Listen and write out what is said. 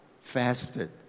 fasted